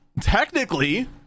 technically